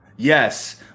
Yes